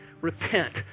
Repent